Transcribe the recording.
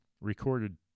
recorded